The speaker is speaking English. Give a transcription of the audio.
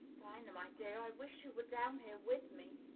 dinah, my dear, i wish you were down here with me!